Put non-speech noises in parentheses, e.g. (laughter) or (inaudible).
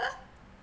(laughs)